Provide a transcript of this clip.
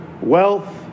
wealth